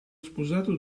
sposato